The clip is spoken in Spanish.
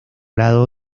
lado